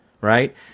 right